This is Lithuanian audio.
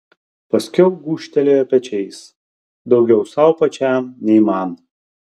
paskiau gūžtelėjo pečiais daugiau sau pačiam nei man